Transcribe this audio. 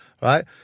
Right